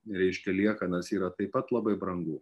reiškia liekanas yra taip pat labai brangu